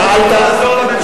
שאלת.